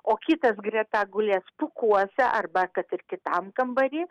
o kitas greta gulės pūkuose arba kad ir kitam kambary